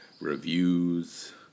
reviews